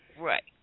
Right